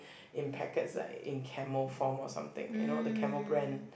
in packets like in camel form or something you know the Camel brand